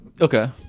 okay